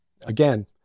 Again